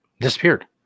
disappeared